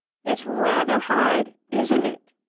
it's rather hard, isn't it,